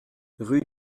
rue